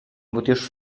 motius